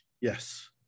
Yes